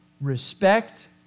Respect